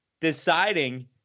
deciding